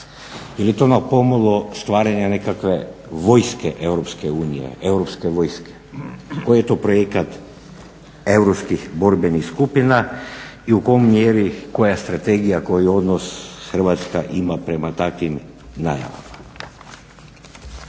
li to na pomolu stvaranje nekakve vojske EU, europske vojske EU, europske vojske. Koji je to projekat europskih borbenih skupina i u kojoj mjeri koja strategija, koji odnos Hrvatska ima prema takvim najavama.